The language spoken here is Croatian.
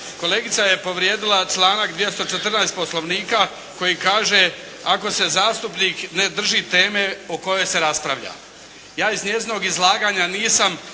kolegica je povrijedila članak 214. Poslovnika koji kaže, ako se zastupnik ne drži teme o kojoj se raspravlja. Ja iz njezinog izlaganja nisam